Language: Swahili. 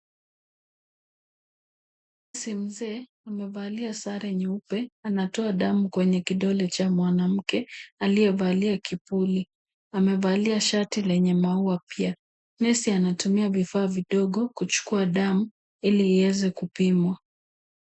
Nesi mzee amevalia sare nyeupe, anatoa damu kwenye kidole cha mwanamke aliyevalia kipuli. Amevalia shati lenye maua pia. Nesi anatumia vifaa vidogo kuchukua damu ili iweze kupimwa.